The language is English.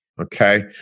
Okay